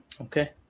Okay